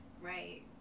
right